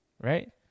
Right